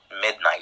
midnight